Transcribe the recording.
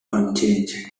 unchanged